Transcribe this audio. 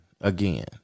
again